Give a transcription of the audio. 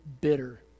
bitter